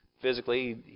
Physically